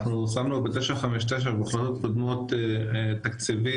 אנחנו שמנו ב-959 בתוכניות קודמות תקציבים